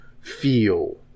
feel